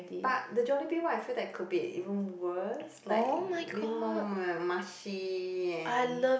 but the Jollibee one I feel that could be even worse like more m~ mushy and